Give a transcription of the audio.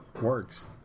works